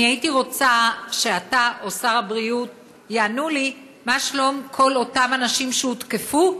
הייתי רוצה שאתה או שר הבריאות יענו לי: מה שלום כל אותם אנשים שהותקפו,